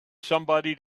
somebody